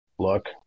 look